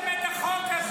אתם עשיתם את החוק הזה.